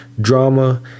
drama